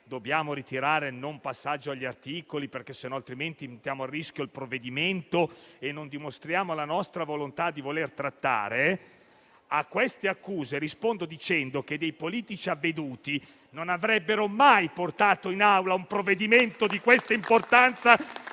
la richiesta di non passaggio agli articoli, altrimenti mettiamo a rischio il provvedimento e non dimostriamo la nostra volontà di voler trattare, rispondo che dei politici avveduti non avrebbero mai portato in Aula un provvedimento di questa importanza